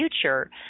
future